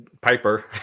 Piper